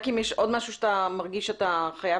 רק אם יש עוד משהו שאתה מרגיש שאתה חייב